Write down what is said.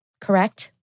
Correct